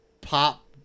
pop